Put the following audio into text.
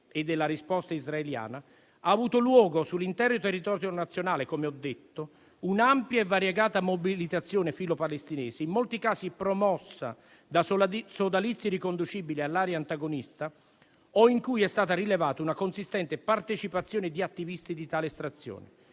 e della risposta israeliana, ha avuto luogo sull'intero territorio nazionale - come ho detto - un'ampia e variegata mobilitazione filopalestinese, in molti casi promossa da sodalizi riconducibili all'area antagonista o in cui è stata rilevata una consistente partecipazione di attivisti di tale estrazione.